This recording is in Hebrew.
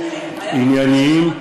ענייניים,